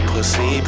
Pussy